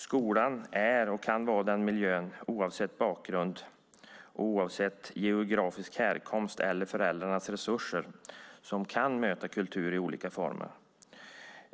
Skolan är och kan vara den miljö där elever, oavsett bakgrund, geografisk härkomst eller föräldrarnas resurser, kan möta kultur i olika former.